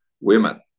women